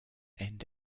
end